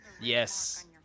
Yes